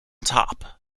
top